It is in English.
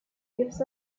gives